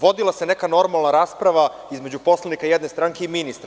Vodila se neka normalna rasprava između poslanika jedne stranke i ministra.